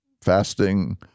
fasting